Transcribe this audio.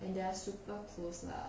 and they are super close lah